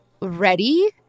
ready